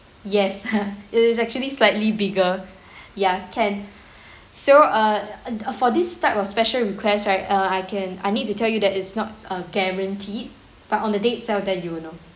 yes it is actually slightly bigger ya can so err uh for this type of special request right uh I can I need to tell you that it's not a guaranteed but on the day itself then you will know